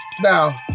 Now